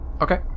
Okay